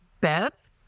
Beth